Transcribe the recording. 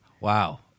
Wow